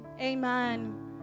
Amen